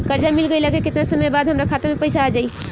कर्जा मिल गईला के केतना समय बाद हमरा खाता मे पैसा आ जायी?